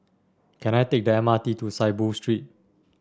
can I take the M R T to Saiboo Street